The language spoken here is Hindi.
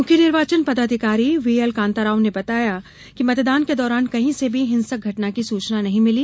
मुख्य निर्वाचन पदाधिकारी वीएल कांताराव ने बताया कि मतदान के दौरान कहीं से भी हिंसक घटना की सूचना नहीं मिली